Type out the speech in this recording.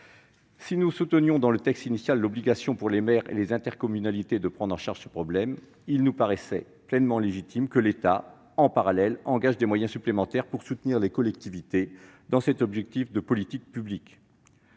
inscrite dans le texte initial, pour les maires et les intercommunalités de prendre en charge ce problème, il nous paraissait légitime que l'État, en parallèle, engage des moyens supplémentaires pour soutenir les collectivités dans cet objectif de politique publique.